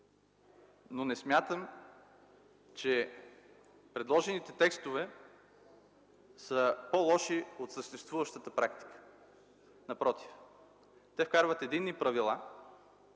но не смятам, че предложените текстове са по-лоши от съществуващата практика. Напротив, те вкарват единни правила